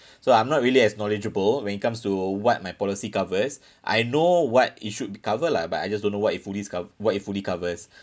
so I'm not really as knowledgeable when it comes to what my policy covers I know what it should be cover lah but I just don't know what it fully co~ what it fully covers